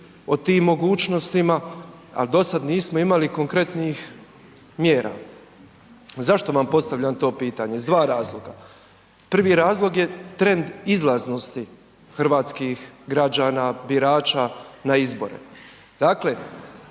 o tim mogućnostima ali do sad nismo imali konkretnih mjera. Zašto vam postavljam to pitanje? Iz dva razloga. Prvi razlog je trend izlaznosti hrvatskih građana, birača na izbore.